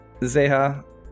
Zeha